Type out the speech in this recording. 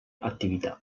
attività